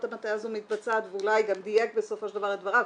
המטה שמתבצעת ואולי גם דייק בסופו של דבר את דבריו.